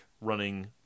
running